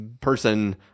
person